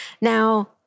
Now